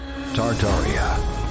Tartaria